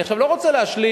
אני עכשיו לא רוצה להשלים,